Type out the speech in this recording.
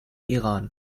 iran